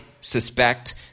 suspect